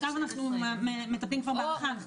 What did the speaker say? עכשיו אנחנו מטפלים בהארכה.